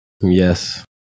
yes